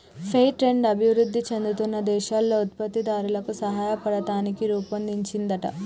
fair trade అభివృధి చెందుతున్న దేశాల్లో ఉత్పత్తి దారులకు సాయపడతానికి రుపొన్దించిందంట